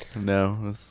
No